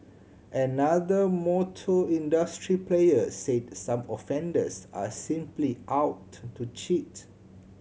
another motor industry player said some offenders are simply out to cheat